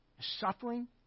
suffering